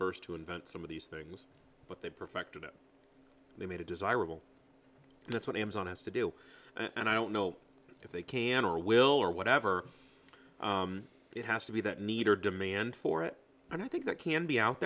first to invent some of these things but they perfected it they made a desirable and that's what amazon has to do and i don't know if they can or will or whatever it has to be that need or demand for it and i think that can be out